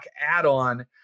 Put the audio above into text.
add-on